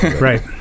Right